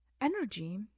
Energy